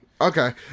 Okay